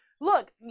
Look